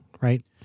right